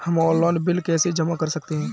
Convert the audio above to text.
हम online bill कैसे जमा कर सकते हैं?